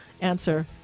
answer